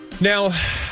now